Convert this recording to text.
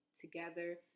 together